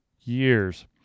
years